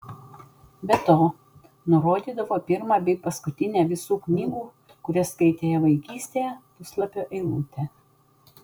be to nurodydavo pirmą bei paskutinę visų knygų kurias skaitė vaikystėje puslapio eilutę